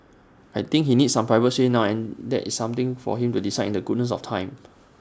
I think he needs some private space now there is something for him to decide in the goodness of time